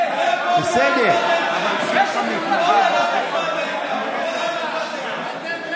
אתם רשת הביטחון של הממשלה.